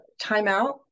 timeout